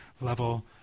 level